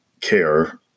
care